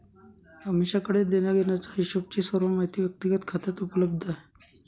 अमीषाकडे देण्याघेण्याचा हिशोबची सर्व माहिती व्यक्तिगत खात्यात उपलब्ध आहे